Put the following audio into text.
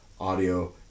audio